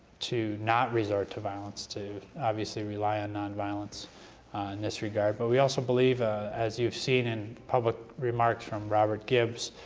not resort to violence, to obviously rely on non-violence in this regard. but we also believe ah as you've seen in public remarks from robert gibbs,